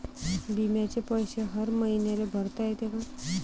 बिम्याचे पैसे हर मईन्याले भरता येते का?